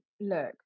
Look